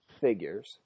figures